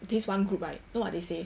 this one group right you know what they say